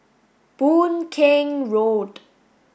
Boon Keng Road